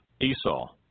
Esau